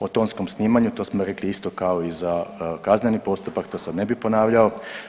O tonskom snimanju to smo rekli isto kao i za kazneni postupak, to sad ne bih ponavljao.